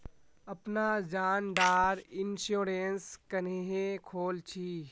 अपना जान डार इंश्योरेंस क्नेहे खोल छी?